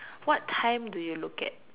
what time do you look at